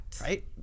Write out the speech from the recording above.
right